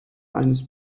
eines